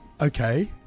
Okay